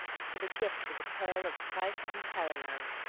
for the gift was a pearl of price unparalleled,